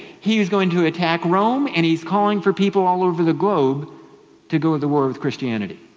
he was going to attack rome and he's calling for people all over the globe to go to the war with christianity.